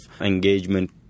engagement